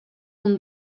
und